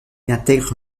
intègre